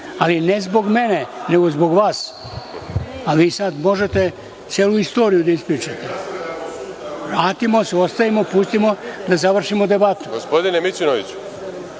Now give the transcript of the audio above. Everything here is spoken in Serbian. ali ne zbog mene nego zbog vas. A vi sada možete celu istoriju da ispričate. Vratimo se, ostavimo, pustimo da završimo debatu.